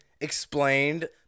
explained